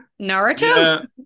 Naruto